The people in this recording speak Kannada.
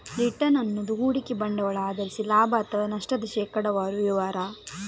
ರಿಟರ್ನ್ ಅನ್ನುದು ಹೂಡಿಕೆ ಬಂಡವಾಳ ಆಧರಿಸಿ ಲಾಭ ಅಥವಾ ನಷ್ಟದ ಶೇಕಡಾವಾರು ವಿವರ